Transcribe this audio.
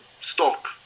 stop